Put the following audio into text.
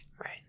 Right